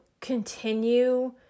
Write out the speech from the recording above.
continue